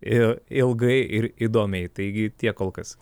ir ilgai ir įdomiai taigi tiek kol kas